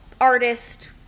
artist